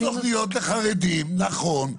יש תוכניות לחרדים, נכון,